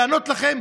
לענות לכם.